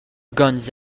guns